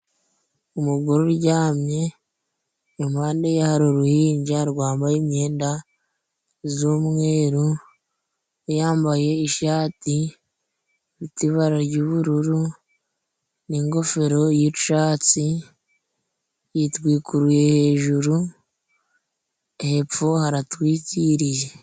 Umugore uryamye impande ye hari uruhinja rwambaye imyenda z'umweru yambaye ishati ry'ibara ry'ubururu n'ingofero y'icatsi yitwikuruye hejuru hepfo aratwikiriye.